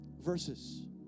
verses